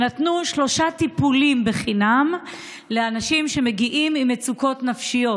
נתנו שלושה טיפולים חינם לאנשים שמגיעים עם מצוקות נפשיות.